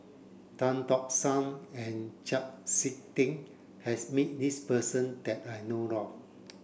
Tan Tock San and Chau Sik Ting has met this person that I know of